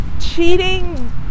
cheating